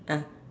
ah